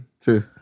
True